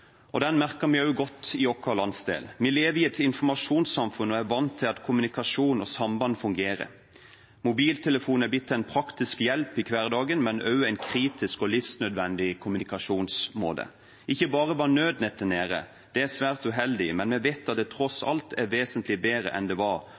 og den merket vi godt også i vår landsdel. Vi lever i et informasjonssamfunn og er vant til at kommunikasjon og samband fungerer. Mobiltelefon er blitt en praktisk hjelp i hverdagen, men også en kritisk og livsnødvendig kommunikasjonsmåte. Ikke bare var nødnettet nede. Det er svært uheldig, men vi vet at det tross